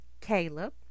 caleb